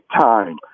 time